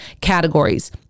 categories